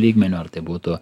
lygmeniu ar tai būtų